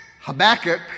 Habakkuk